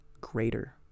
greater